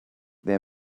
their